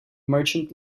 merchant